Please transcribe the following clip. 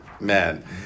man